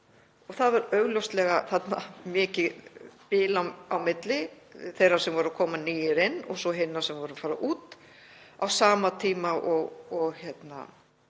Þarna var augljóslega mikið bil á milli þeirra sem voru að koma nýir inn og svo hinna sem voru að fara út á sama tíma og íbúum